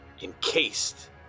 encased